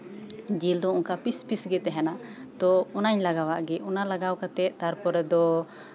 ᱡᱮᱹᱞ ᱫᱚ ᱚᱱᱠᱟ ᱯᱤᱥᱼᱯᱤᱥ ᱜᱮ ᱛᱟᱦᱮᱱᱟ ᱛᱚ ᱚᱱᱟᱧ ᱞᱟᱜᱟᱣᱟᱜ ᱜᱮ ᱚᱱᱟ ᱞᱟᱜᱟᱣ ᱠᱟᱛᱮ ᱛᱟᱨᱯᱚᱨᱮ ᱫᱚ